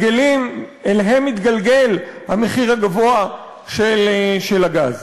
אליהם מתגלגל המחיר הגבוה של הגז.